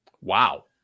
Wow